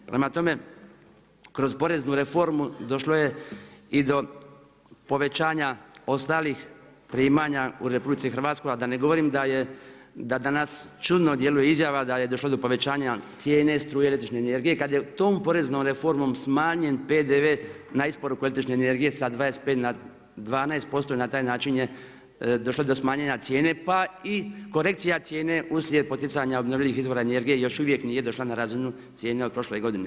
Prema tome, kroz poreznu reformu došlo je i do povećanja ostalih primanja u RH, a da ne govorim da danas čudno djeluje izjava da je došlo do povećanja cijene, struje, električne energije, kad je tom poreznom reformom smanjen PDV na isporuku električne energije s 25 na 12% i na taj način je došlo do smanjenja cijene pa i korekcija cijene uslijed poticanja obnovljivih izvora energije još uvijek nije došla na razinu cijene od prošle godine.